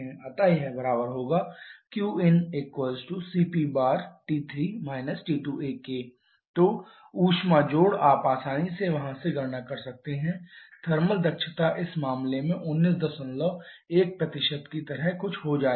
अतः यह बराबर होगा qincpT3 T2a तो ऊष्मा जोड़ आप आसानी से वहाँ से गणना कर सकते हैं थर्मल दक्षता इस मामले में 191 की तरह कुछ हो जाएगा